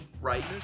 right